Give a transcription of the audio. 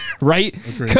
Right